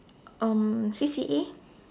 um C_C_A